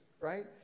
right